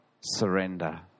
surrender